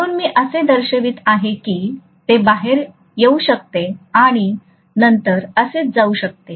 म्हणून मी असे दर्शवित आहे की ते बाहेर येऊ शकते आणि नंतर असेच जाऊ शकते